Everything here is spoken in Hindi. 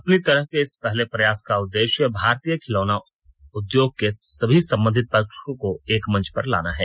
अपनी तरह के इस पहले प्रयास का उददेश्य भारतीय खिलौना उदयोग के सभी संबंधित पक्षों को एक मंच पर लाना है